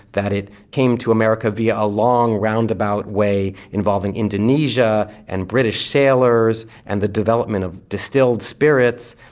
that it came to america via a long roundabout way, involving indonesia and british sailors and the development of distilled spirits.